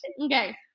okay